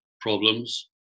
problems